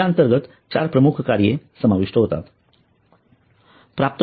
या अंतर्गत 4 प्रमुख कार्ये समाविष्ट होतॊत